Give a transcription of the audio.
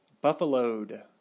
Buffaloed